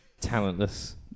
talentless